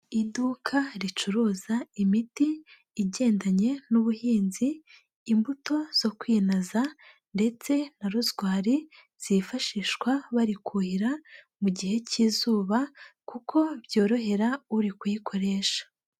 Iduka ricuruza imiti igendanye n'ubuhinzi, imbuto zo kwinaza ndetse na rozwari zifashishwa bari kuhira mu gihe cy'izuba kuko byorohera uri kuyikoresha.